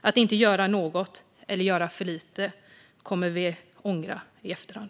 Om vi inte gör något eller gör för lite kommer vi att ångra det i efterhand.